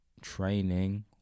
training